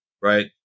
right